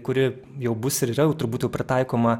kuri jau bus ir yra turbūt jau pritaikoma